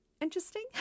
Interesting